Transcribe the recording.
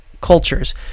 cultures